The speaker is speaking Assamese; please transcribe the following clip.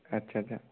আচ্ছা আচ্ছা